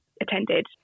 attended